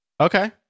Okay